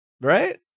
right